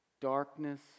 Darkness